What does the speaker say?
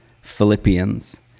Philippians